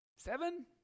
Seven